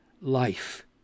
life